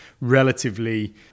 relatively